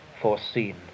foreseen